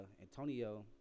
Antonio